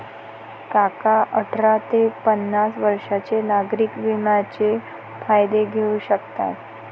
काका अठरा ते पन्नास वर्षांच्या नागरिक विम्याचा फायदा घेऊ शकतात